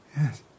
Yes